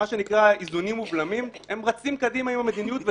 מה שנקרא איזונים ובלמים רצים קדימה עם המדיניות,